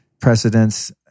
precedents